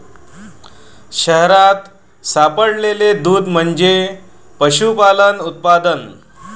शहरात सापडलेले दूध म्हणजे पशुपालन उत्पादन